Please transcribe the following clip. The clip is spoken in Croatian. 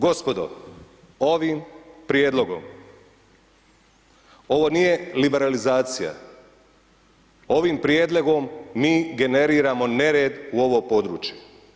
Gospodo, ovim prijedlogom, ovo nije liberalizacija, ovim prijedlogom mi generiramo nered u ovo područje.